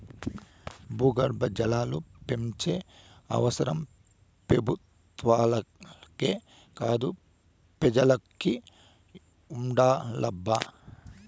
భూగర్భ జలాలు పెంచే అవసరం పెబుత్వాలకే కాదు పెజలకి ఉండాలబ్బా